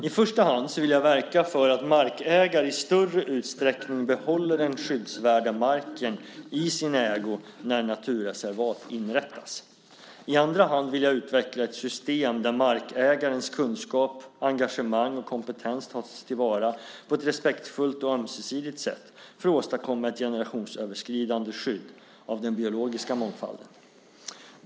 I första hand vill jag verka för att markägare i större utsträckning behåller den skyddsvärda marken i sin ägo när naturreservat inrättas. I andra hand vill jag utveckla ett system där markägarens kunskap, engagemang och kompetens tas till vara på ett respektfullt och ömsesidigt sätt för att åstadkomma ett generationsöverskridande skydd av den biologiska mångfalden.